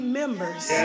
members